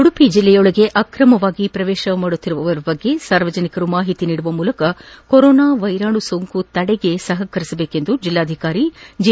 ಉಡುಪಿ ಜಿಲ್ಲೆಯೊಳಗೆ ಆಕ್ರಮವಾಗಿ ಪ್ರವೇಶಿಸುತ್ತಿರುವವರ ಬಗ್ಗೆ ಸಾರ್ವಜನಿಕರು ಮಾಹಿತಿ ನೀಡುವ ಮೂಲಕ ಕೊರೊನಾ ವೈರಾಣು ತಡೆಗೆ ಸಪಕರಿಸಬೇಕು ಎಂದು ಜಿಲ್ಲಾಧಿಕಾರಿ ಜಿ